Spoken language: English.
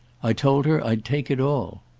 i told her i'd take it all.